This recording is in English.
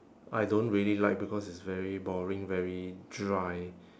I don't really like because it's very boring very dry